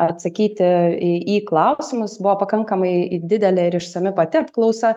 atsakyti į į klausimus buvo pakankamai didelė ir išsami pati apklausa